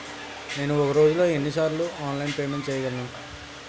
నేను ఒక రోజులో ఎన్ని సార్లు ఆన్లైన్ పేమెంట్ చేయగలను?